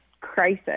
crisis